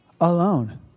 alone